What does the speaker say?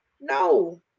No